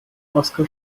oskar